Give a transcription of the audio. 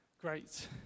Great